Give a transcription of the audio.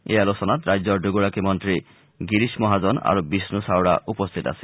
এই আলোচনাত ৰাজ্যৰ দুগৰাকী মন্ত্ৰী গিৰিশ মহাজন আৰু বিষ্ণু চাওৰা উপস্থিত আছিল